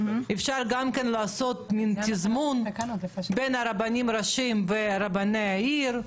אפשר גם לעשות מין תזמון בין הרבנים הראשיים ורבני ערים,